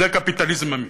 זה קפיטליזם אמיתי.